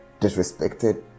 disrespected